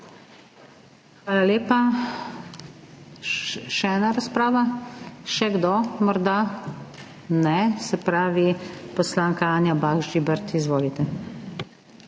Hvala lepa. Še ena razprava? Še kdo morda? Ne. Se pravi, poslanka Anja Bah Žibert, izvolite.